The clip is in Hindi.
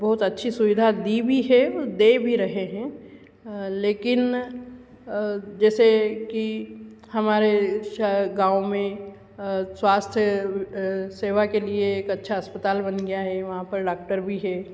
बहुत अच्छी सुविधा दी भी है और दे भी रहे हैं लेकिन जैसे कि हमारे शै गाँव में स्वास्थ्य सेवा के लिए एक अच्छा अस्पताल बन गया है वहाँ पर डॉक्टर भी है